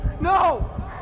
No